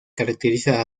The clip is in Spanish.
caracteriza